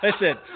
listen